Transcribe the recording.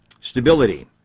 Stability